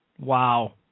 Wow